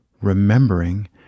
remembering